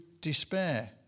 despair